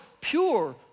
pure